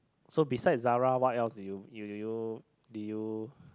so besides Zara what else do you do you did you